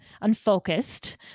unfocused